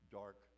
dark